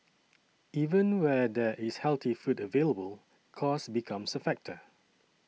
even where there is healthy food available cost becomes a factor